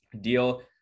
deal